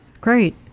Great